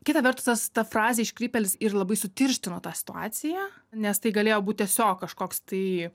kita vertus tas ta frazė iškrypėlis ir labai sutirštino tą situaciją nes tai galėjo būt tiesiog kažkoks tai